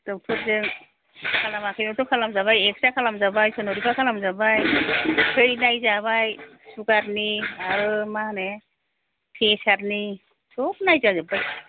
doctor जों खालामैआवनोथ' खालाम जाबाय एक्सरे खालाम जाबाय सन'ग्राफि खालाम जाबाय थै नायजाबाय सुगार नि आरो मा होनो प्रेसार नि सब नायजा जोबबाय